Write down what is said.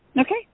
Okay